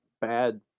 bad